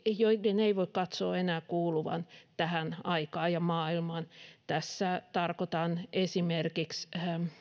joiden ei voi katsoa enää kuuluvan tähän aikaan ja maailmaan tässä tarkoitan esimerkiksi